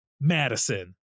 Madison